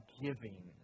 giving